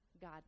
God